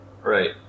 Right